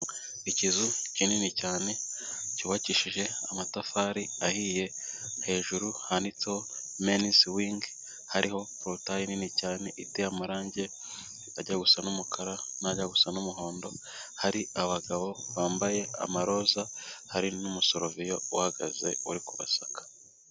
Ikizu kinini cyane cyubakishije amatafari ahiye, hejuru handitseho menizi wingi, hariho porotaye nini cyane iteye amarangi ajya gusa n'umukara najya gusa n'umuhondo, hari abagabo bambaye amaroza, hari n'umusoroviya uhagaze uri kubasaka.